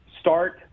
start